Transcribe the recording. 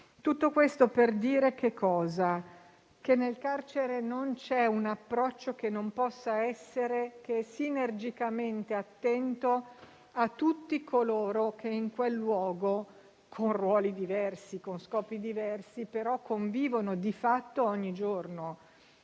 Tutto questo per dire che nel carcere non c'è un approccio che non possa essere che sinergicamente attento a tutti coloro che in quel luogo, con ruoli e scopi diversi, convivono di fatto ogni giorno.